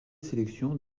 sélections